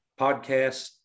podcast